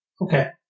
Okay